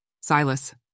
Silas